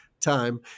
time